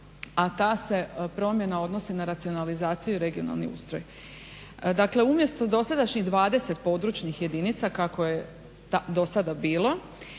a ta se promjena odnosi na racionalizaciju i regionalni ustroj. Dakle, umjesto dosadašnjih 20 područnih jedinica kako je dosada bilo